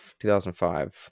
2005